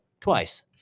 twice